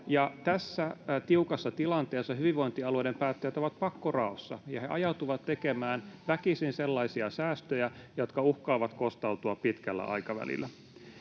Tässä tiukassa tilanteessa hyvinvointialueiden päättäjät ovat pakkoraossa ja he ajautuvat tekemään väkisin sellaisia säästöjä, jotka uhkaavat kostautua pitkällä aikavälillä.